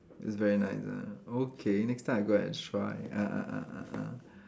it's very nice ah okay next time I go and try ah ah ah ah ah